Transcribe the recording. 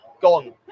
gone